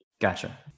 gotcha